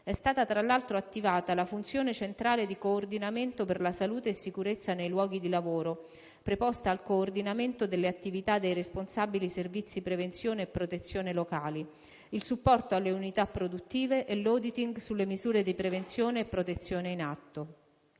È stata tra l'altro attivata la funzione centrale di coordinamento per la salute e la sicurezza nei luoghi di lavoro, preposta al coordinamento delle attività dei responsabili dei servizi prevenzione e protezione locali, il supporto alle unità produttive e l'*auditing* sulle misure di prevenzione e protezione in atto.